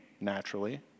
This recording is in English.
naturally